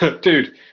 dude